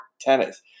tennis